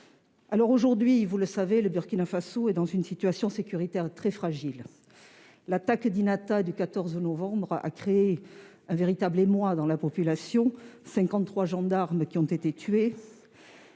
Barkhane. Vous le savez, le Burkina Faso est aujourd'hui dans une situation sécuritaire très fragile. L'attaque d'Inata, le 14 novembre, a créé un véritable émoi dans la population : 53 gendarmes y ont été tués